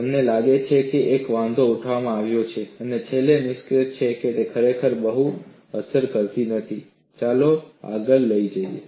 તમને લાગે છે કે એક વાંધો ઉઠાવવામાં આવ્યો છે અને છેલ્લે નિષ્કર્ષ એ છે કે તે ખરેખર બહુ અસર કરતી નથી ચાલો આગળ લઈ જઈએ